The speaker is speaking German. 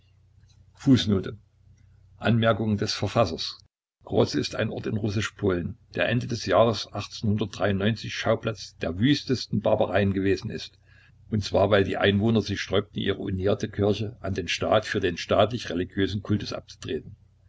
kroze ein ort in russisch polen der ende des jahres schauplatz der wüstesten barbareien gewesen ist und zwar weil die einwohner sich sträubten ihre unierte kirche an den staat für den staatlich religiösen kultus abzutreten